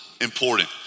important